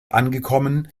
angekommen